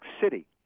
City